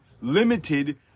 limited